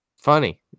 funny